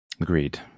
Agreed